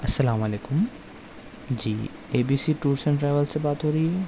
السّلام علیکم جی A B C tours and travels سے بات ہو رہی ہے